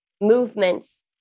movements